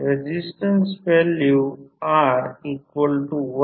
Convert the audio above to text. resistance value R1Ω C0